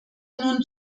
nun